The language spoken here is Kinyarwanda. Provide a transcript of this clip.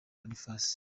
boniface